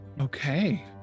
okay